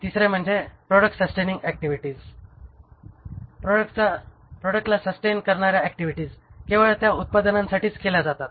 आणि तिसरे म्हणजे प्रॉडक्ट सस्टेनिंग ऍक्टिव्हिटीज प्रॉडक्टला सस्टेन करणाऱ्या ऍक्टिव्हिटीज केवळ त्या उत्पादनांसाठीच केल्या जातात